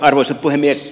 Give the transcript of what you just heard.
arvoisa puhemies